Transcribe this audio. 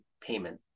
payment